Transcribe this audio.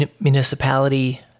municipality